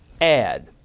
add